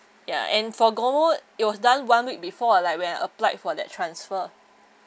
ya and for GOMO it was done one week before ah like when I applied for that transfer